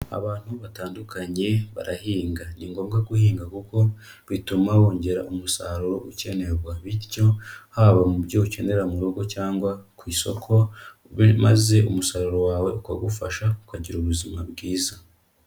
Abantu batandukanye barahinga. Ni ngombwa guhinga kuko bituma wongera umusaruro ukenerwa, bityo haba mu byo ukenera mu rugo cyangwa ku isoko, maze umusaruro wawe ukagufasha ukagira ubuzima bwiza.